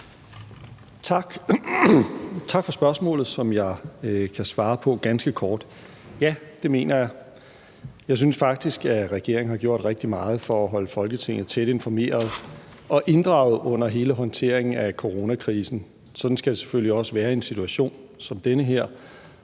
Tak for spørgsmålet, som jeg kan svare på ganske kort: Ja, det mener jeg. Jeg synes faktisk, at regeringen har gjort rigtig meget for at holde Folketinget tæt informeret og inddraget under hele håndteringen af coronakrisen. Sådan skal det selvfølgelig også være i en situation som den her,